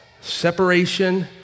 separation